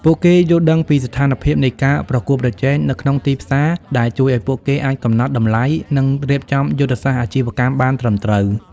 ពួកគេយល់ដឹងពីស្ថានភាពនៃការប្រកួតប្រជែងនៅក្នុងទីផ្សារ ដែលជួយឱ្យពួកគេអាចកំណត់តម្លៃ និងរៀបចំយុទ្ធសាស្ត្រអាជីវកម្មបានត្រឹមត្រូវ។